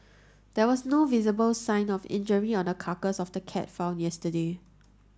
there was no visible sign of injury on the carcass of the cat found yesterday